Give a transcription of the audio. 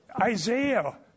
Isaiah